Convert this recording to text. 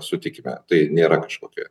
sutikime tai nėra kažkokia